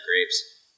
grapes